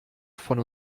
von